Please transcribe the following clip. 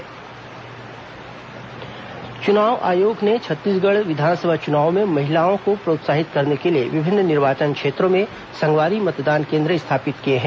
संगवारी मतदान केंद्र चुनाव आयोग ने छत्तीसगढ़ विधानसभा चुनावों में महिलाओं को प्रोत्साहित करने के लिए विभिन्न निर्वाचन क्षेत्रों में संगवारी मतदान केंद्र स्थापित किए हैं